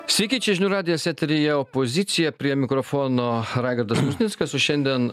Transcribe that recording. sveiki čia žinių radijas eteryje opozicija prie mikrofono raigardas musnickas o šiandien